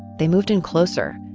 they moved in closer.